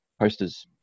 posters